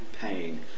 pain